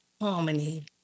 harmony